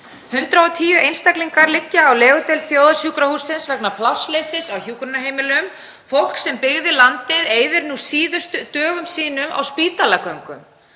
110 einstaklingar liggja á legudeild þjóðarsjúkrahússins vegna plássleysis á hjúkrunarheimilum. Fólk sem byggði landið eyðir nú síðustu dögum sínum á spítalagöngum.